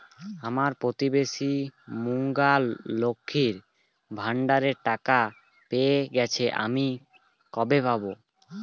আমার প্রতিবেশী গাঙ্মু, লক্ষ্মীর ভান্ডারের টাকা পেয়ে গেছে, আমি কবে পাব?